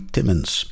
Timmons